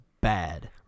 bad